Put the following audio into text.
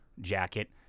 Jacket